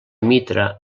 mitra